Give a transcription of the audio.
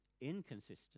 inconsistent